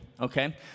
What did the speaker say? okay